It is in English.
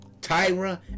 Tyra